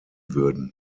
würden